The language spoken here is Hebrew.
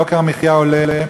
יוקר המחיה עולה,